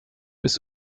ist